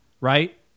right